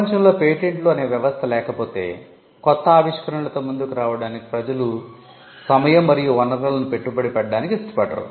ప్రపంచంలో పేటెంట్లు అనే వ్యవస్థ లేకపోతే కొత్త ఆవిష్కరణలతో ముందుకు రావడానికి ప్రజలు సమయం మరియు వనరులను పెట్టుబడి పెట్టడానికి ఇష్టపడరు